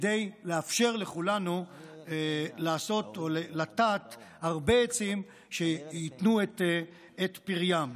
כדי לאפשר לכולנו לטעת הרבה עצים שייתנו את פריים.